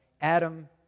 Adam